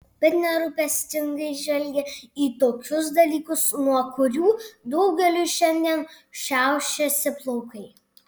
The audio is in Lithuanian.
bet nerūpestingai žvelgė į tokius dalykus nuo kurių daugeliui šiandien šiaušiasi plaukai